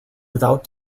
without